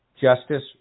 justice